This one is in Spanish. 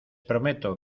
prometo